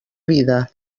vida